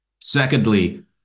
Secondly